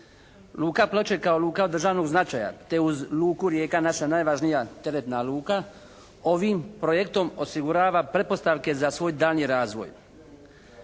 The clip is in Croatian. Luka Ploče kao luka od državnog značaja te uz luku Rijeka naša najvažnija teretna luka ovim projektom osigurava pretpostavke za svoj daljnji razvoj.